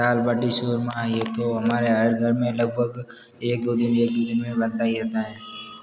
यह दाल बाटी चूरमा यह तो हमारे हर घर में लगभग एक दो दिन मे एक या दो दिन मे बनता ही रहता है